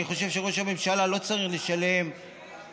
אני חושב שראש הממשלה לא צריך לשלם מיסים